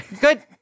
Good